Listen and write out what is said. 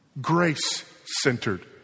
grace-centered